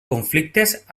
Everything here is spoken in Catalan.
conflictes